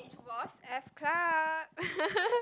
which was f-club